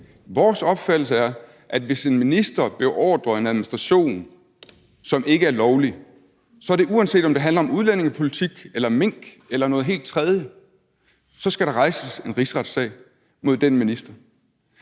Vores opfattelse er, at hvis en minister beordrer en administration, som ikke er lovlig, så skal der – uanset om det handler om udlændingepolitik eller mink eller noget helt tredje – rejses en rigsretssag mod den minister.